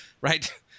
Right